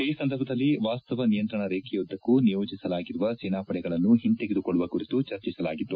ಈ ಸಂದರ್ಭದಲ್ಲಿ ವಾಸ್ತವ ನಿಯಂತ್ರಣ ರೇಖೆಯುದ್ಲಕ್ಕೂ ನಿಯೋಜಿಸಲಾಗಿರುವ ಸೇನಾ ಪಡೆಗಳನ್ನು ಹಿಂತೆಗೆದುಕೊಳ್ಳುವ ಕುರಿತು ಚರ್ಚಿಸಲಾಗಿತ್ತು